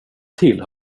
till